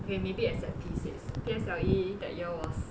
okay maybe except P six P_S_L_E that year was